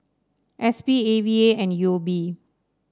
S P A V A and U O B